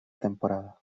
temporada